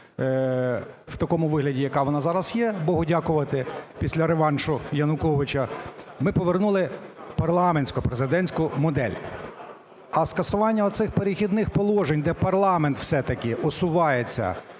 в такому вигляді, яка вона зараз є, Богу дякувати, після реваншу Януковича, ми повернули парламентсько-президентську модель. А скасування оцих "Перехідних положень", де парламент все-таки усувається